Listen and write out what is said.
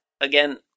again